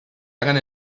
hagan